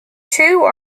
two